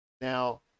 now